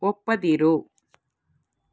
ಒಪ್ಪದಿರು